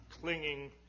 clinging